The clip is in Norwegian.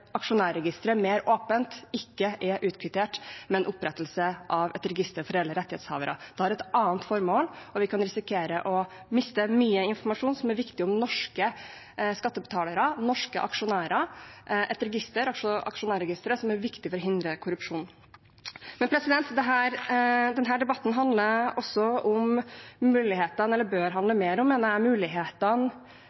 aksjonærregisteret mer åpent ikke er kvittert ut med en opprettelse av et register for reelle rettighetshavere. Det har et annet formål, og vi kan risikere å miste mye viktig informasjon om norske skattebetalere og norske aksjonærer. Dette er et register – altså aksjonærregisteret – som er viktig for å hindre korrupsjon. Denne debatten mener jeg også bør handle mer om mulighetene